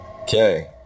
Okay